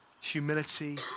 humility